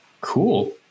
cool